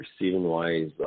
Receiving-wise